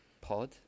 Pod